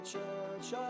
Church